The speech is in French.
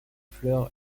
fleur